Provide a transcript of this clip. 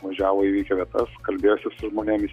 važiavo į įvykio vietas kalbėjosi su žmonėmis